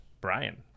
brian